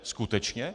Skutečně?